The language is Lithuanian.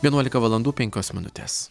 vienuolika valandų penkios minutės